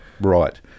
right